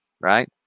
right